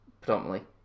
predominantly